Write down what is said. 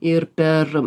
ir per